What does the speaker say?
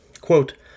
Quote